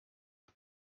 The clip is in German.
und